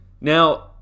Now